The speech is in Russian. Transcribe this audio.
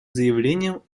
заявлением